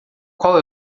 qual